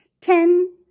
Ten